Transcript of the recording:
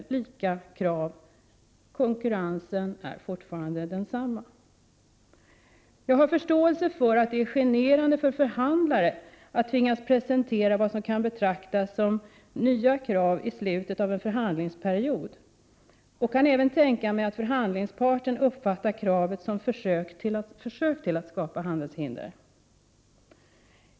Kraven är lika, och konkurrensen är fortfarande densamma. Jag har förståelse för att det är generande för förhandlare att tvingas i slutet av en förhandlingsperiod presentera vad som kan betraktas som nya krav, och jag kan även tänka mig att förhandlingsparten uppfattar kravet som ett försök att skapa handelshinder.